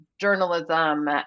journalism